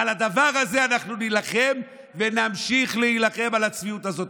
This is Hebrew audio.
ועל הדבר הזה אנחנו נילחם ונמשיך להילחם על הצביעות הזאת.